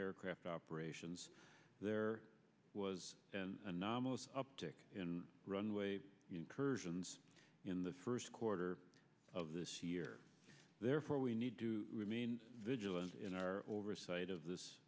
aircraft operations there was an anomalous uptick in runway incursions in the first quarter of this year therefore we need to remain vigilant in our oversight of this